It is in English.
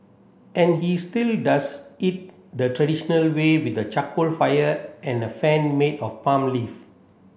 and he still does it the traditional way with a charcoal fire and a fan made of palm leaf